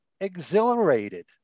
exhilarated